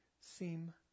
seem